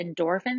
endorphins